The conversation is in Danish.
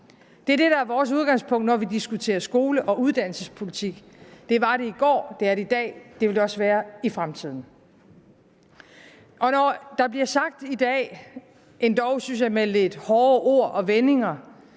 Det er det, der er vores udgangspunkt, når vi diskuterer skole- og uddannelsespolitik. Det var det i går, det er det i dag, det vil det også være i fremtiden. Kl. 14:45 Når der bliver sagt i dag – endog, synes jeg, med lidt hårde ord og vendinger